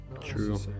True